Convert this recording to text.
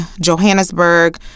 Johannesburg